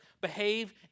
behave